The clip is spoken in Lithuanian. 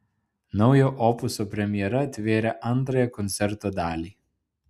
naujo opuso premjera atvėrė antrąją koncerto dalį